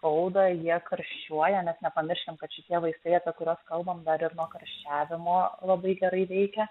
skauda jie karščiuoja mes nepamiršim kad šitie vaistai apie kurios kalbam dar ir nuo karščiavimo labai gerai veikia